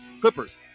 Clippers